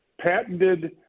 patented